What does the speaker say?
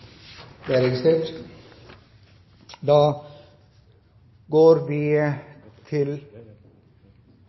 representantforslag. Da går vi videre til